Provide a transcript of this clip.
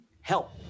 help